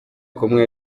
kumwe